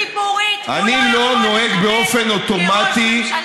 ראש הממשלה הצטרף עכשיו למשפחת הלקוחות שלי,